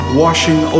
washing